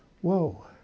Whoa